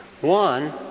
One